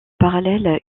parallèle